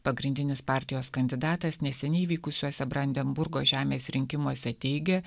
pagrindinis partijos kandidatas neseniai vykusiuose brandenburgo žemės rinkimuose teigė